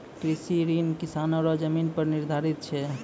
कृषि ऋण किसानो रो जमीन पर निर्धारित छै